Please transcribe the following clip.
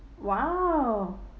!wow!